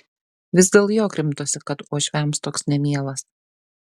vis dėl jo krimtosi kad uošviams toks nemielas